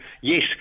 yes